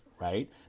right